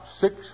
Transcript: six